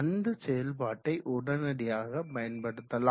அந்த செயல்பாட்டை உடனடியாக பயன்படுத்தலாம்